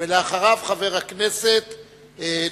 ואחריו, חבר הכנסת טיבי.